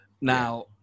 now